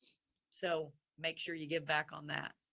so make sure you give back on that.